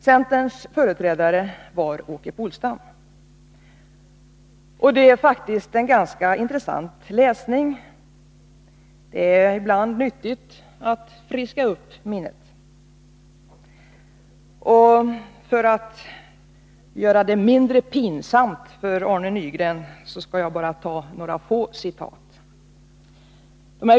Centerns företrädare var Åke Polstam. Det är faktiskt en ganska intressant läsning. Det är ibland nyttigt att friska upp minnet. För att göra det mindre pinsamt för Arne Nygren skall jag bara ta några få citat.